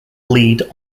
lead